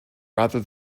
rather